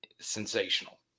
Sensational